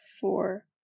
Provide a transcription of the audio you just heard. four